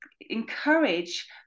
encourage